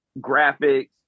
graphics